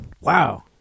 Wow